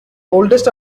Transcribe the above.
oldest